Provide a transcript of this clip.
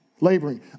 laboring